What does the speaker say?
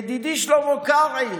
ידידי שלמה קרעי,